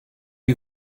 you